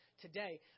today